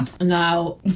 now